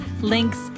links